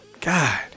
God